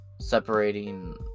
separating